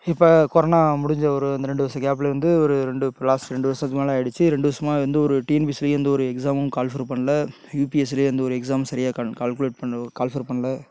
இப்போ கொரோனா முடிஞ்ச ஒரு இந்த ரெண்டு வர்ஷ கேப்லேருந்து ஒரு ரெண்டு லாஸ்ட் ரெண்டு வருஷத்துக்கு மேலே ஆயிடுச்சு ரெண்டு வர்ஷமாக எந்த ஒரு டிஎன்பிசி எந்த ஒரு எக்ஸாமும் கால்ஃபர் பண்ணல யுபிஎஸ்சிலியும் எந்த ஒரு எக்ஸாம் சரியா கன் கால்குலேட் பண்ணவோ கால்ஃபேர் பண்ணல